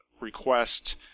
request